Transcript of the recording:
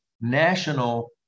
national